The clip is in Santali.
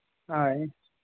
ᱦᱳᱭ